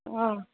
অঁ